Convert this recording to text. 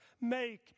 Make